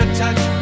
touch